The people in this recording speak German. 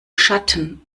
schatten